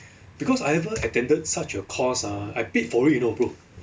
because I ever attended such a course ah I paid for it you know bro